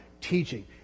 Teaching